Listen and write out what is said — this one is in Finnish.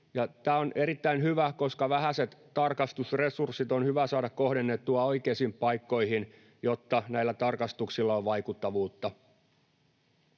Tämä on erittäin hyvä, koska vähäiset tarkastusresurssit on hyvä saada kohdennettua oikeisiin paikkoihin, jotta näillä tarkastuksilla on vaikuttavuutta.